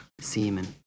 semen